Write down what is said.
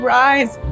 rise